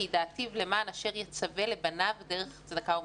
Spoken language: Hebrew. "כי ידעתיו למען אשר יצווה לבניו דרך צדקה ומשפט".